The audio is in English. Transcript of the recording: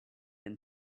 and